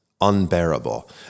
unbearable